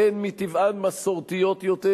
בחברות שהן מטבען מסורתיות יותר.